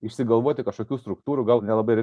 išsigalvoti kažkokių struktūrų gal nelabai ir